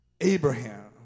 Abraham